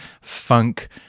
funk